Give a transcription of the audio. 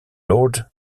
lord